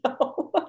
No